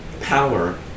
power